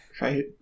Right